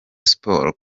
sport